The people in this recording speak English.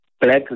black